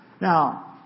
Now